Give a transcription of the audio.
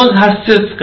मग हास्यच का